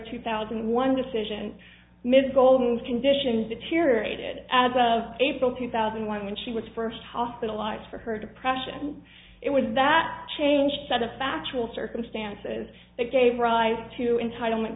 two thousand and one decision ms golden's conditions deteriorated as of april two thousand and one when she was first hospitalized for her depression it was that change set of factual circumstances that gave rise to entitlement